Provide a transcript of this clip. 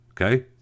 Okay